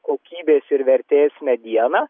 kokybės ir vertės mediena